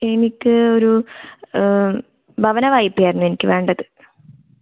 എനിക്ക് ഒരു ഭവന വായ്പ്പ ആയിരുന്നു എനിക്ക് വേണ്ടത്